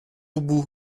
ubu